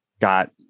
got